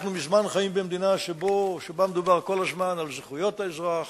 אנחנו מזמן חיים במדינה שבה מדובר כל הזמן על זכויות האזרח